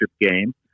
game